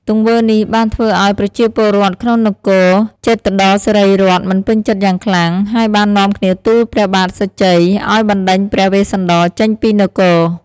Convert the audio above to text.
ទង្វើនេះបានធ្វើឱ្យប្រជាពលរដ្ឋក្នុងនគរជេតុត្តរសិរីរដ្ឋមិនពេញចិត្តយ៉ាងខ្លាំង ហើយបាននាំគ្នាទូលព្រះបាទសញ្ជ័យឱ្យបណ្ដេញព្រះវេស្សន្តរចេញពីនគរ។